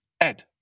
Ed